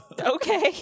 okay